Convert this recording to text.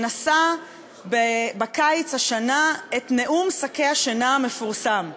שנשא בקיץ השנה את נאום שקי השינה המפורסם.